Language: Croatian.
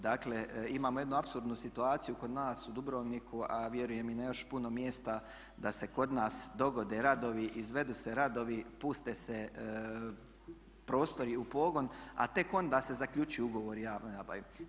Dakle imamo jednu apsurdnu situaciju kod nas u Dubrovniku a vjerujem i na još puno mjesta da se kod nas dogode radovi, izvedu se radovi, puste se prostori u pogon a tek onda se zaključuju ugovori o javnoj nabavi.